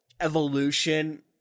evolution